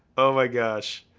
oh my gosh.